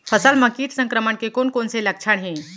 फसल म किट संक्रमण के कोन कोन से लक्षण हे?